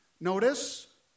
Notice